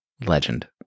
Legend